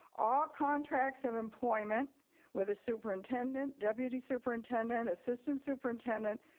all contracts of employment with a superintendent, deputy superintendent, assistant superintendent,